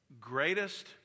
greatest